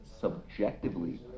subjectively